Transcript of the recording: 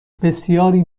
بسیاری